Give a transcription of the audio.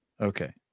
Okay